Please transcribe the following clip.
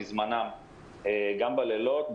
מזמנם גם בלילות,